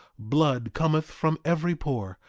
blood cometh from every pore,